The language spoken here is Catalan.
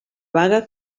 vaga